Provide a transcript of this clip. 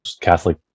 Catholic